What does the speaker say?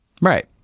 right